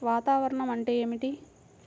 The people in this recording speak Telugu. వాతావరణం అంటే ఏమిటి?